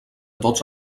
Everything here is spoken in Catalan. tots